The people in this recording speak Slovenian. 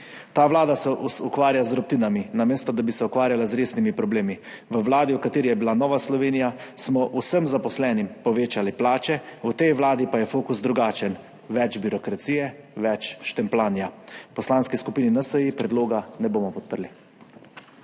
Ta vlada se ukvarja z drobtinami, namesto da bi se ukvarjala z resnimi problemi. V vladi, v kateri je bila Nova Slovenija, smo vsem zaposlenim povečali plače, v tej vladi pa je fokus drugačen – več birokracije, več štempljanja. V Poslanski skupini NSi predloga ne bomo podprli.